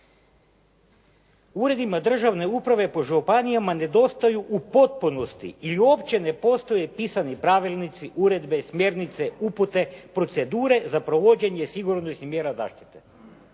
Uredima državne uprave po županijama nedostaju u potpunosti ili uopće ne postoje pisani pravilnici, uredbe, smjernice, upute, procedure za provođenje sigurnosnih mjera zaštite.